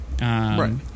Right